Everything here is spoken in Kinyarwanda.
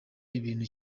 ibintu